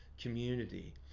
community